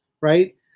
right